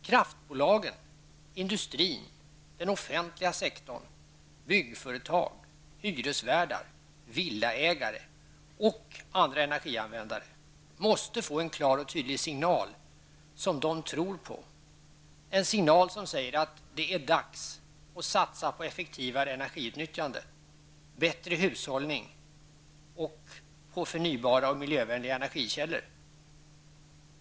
Kraftbolagen, industrin, den offentliga sektorn, byggföretag, hyresvärdar, villaägare och andra energianvändare måste få en klar och tydlig signal som de tror på, en signal som säger att det är dags att satsa på effektivare energiutnyttjande, bättre hushållning och förnybara och miljövänliga energikällor.